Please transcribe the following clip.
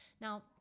Now